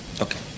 Okay